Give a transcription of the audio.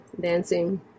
dancing